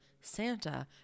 Santa